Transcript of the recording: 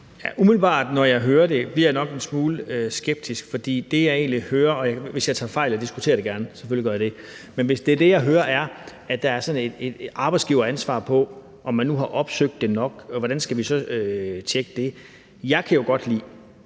(KF): Umiddelbart når jeg hører det, bliver jeg nok en smule skeptisk, for det, jeg egentlig hører, og hvis jeg tager fejl, diskuterer jeg det gerne, selvfølgelig gør jeg det, men hvis det, jeg hører, er, at der er sådan et arbejdsgiveransvar for, om man nu har opsøgt det nok – hvordan skal vi så tjekke det? Jeg kan jo godt lide,